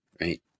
Right